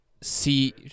see